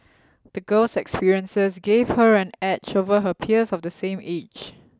the girl's experiences gave her an edge over her peers of the same age